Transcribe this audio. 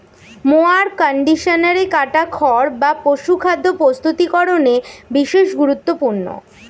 mower কন্ডিশনারে কাটা খড় বা পশুখাদ্য প্রস্তুতিকরনে বিশেষ গুরুত্বপূর্ণ